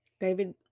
David